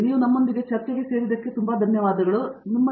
ನೀವು ನಮ್ಮೊಂದಿಗೆ ಚರ್ಚೆಗೆ ಸೇರಲು ತುಂಬಾ ಧನ್ಯವಾದಗಳು ಅದು ಸಂತೋಷವಾಗಿದೆ